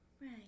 Right